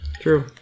true